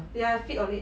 ya fit on it